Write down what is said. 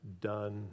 done